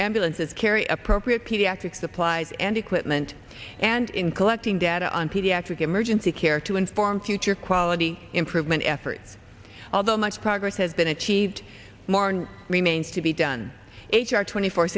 ambulances carry appropriate pediatric supplies and equipment and in collecting data on pediatric emergency care to inform future quality improvement efforts although much progress has been achieved more and remains to be done h r twenty four